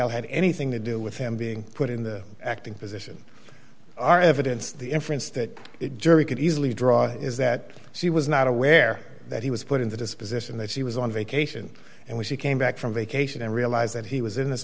nightingale had anything to do with him being put in the acting position are evidence the inference that jury could easily draw is that she was not aware that he was put in the disposition that she was on vacation and when she came back from vacation and realized that he was in this